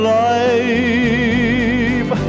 life